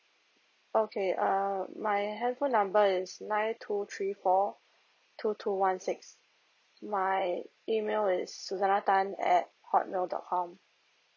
okay err my handphone number is nine two three four two two one six my email is suzana tan at hotmail dot com